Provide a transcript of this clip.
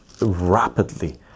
rapidly